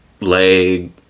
leg